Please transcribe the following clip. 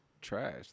trash